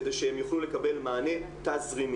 כדי שהם יוכלו לקבל מענה תזרימי.